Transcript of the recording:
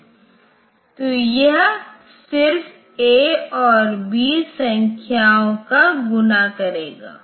तो यह उनमें से उसे पहला ऑपरेंड के रूप में डाल सकता है जिसे कम साइकिल की संख्या की आवश्यकता होगी